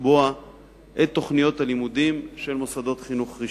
לקבוע את תוכניות הלימודים של מוסדות חינוך רשמיים,